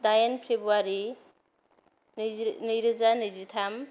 दाइन फेब्रुवारि नैजिरो नै रोजा नैजिथाम